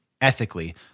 ethically